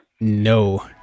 No